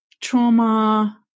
trauma